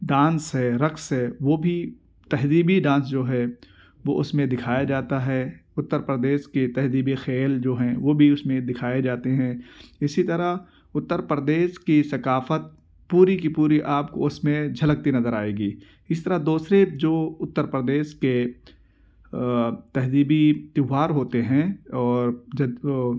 dance ہے رقص ہے وہ بھی تہذیبی ڈانس جو ہے وہ اس میں دکھایا جاتا ہے اتر پردیش کے تہذیبی کھیل جو ہیں وہ بھی اس میں دکھائے جاتے ہیں اسی طرح اتر پردیش کی ثقافت پوری کی پوری آپ اس میں جھلکتی نظر آئے گی اس طرح دوسرے جو اتر پردیش کے تہذیبی تہوار ہوتے ہیں اور